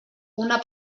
una